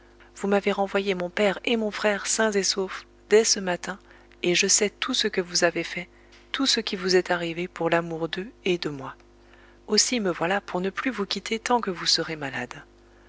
vous m'avez renvoyé mon père et mon frère sains et saufs dès ce matin et je sais tout ce que vous avez fait tout ce qui vous est arrivé pour l'amour d'eux et de moi aussi me voilà pour ne plus vous quitter tant que vous serez malade